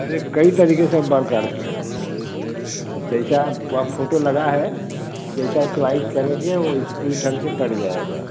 अरे कई तरीके से हम बाल काटते हैं जैसा आप आप फोटो लगा है जैसा चॉइस करेंगे वह उस ढंग से कट जाएगा